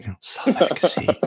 Self-efficacy